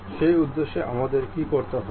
সেই উদ্দেশ্যে আমাদের কী করতে হবে